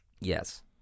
Yes